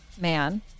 man